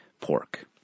pork